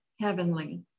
heavenly